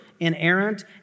inerrant